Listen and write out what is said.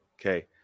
Okay